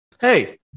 Hey